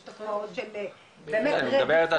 יש תופעות של באמת התעללות,